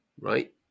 right